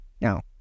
Now